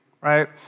right